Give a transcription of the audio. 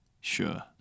Sure